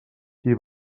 qui